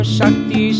Shakti